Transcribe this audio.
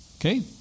Okay